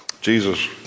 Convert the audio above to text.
Jesus